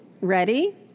ready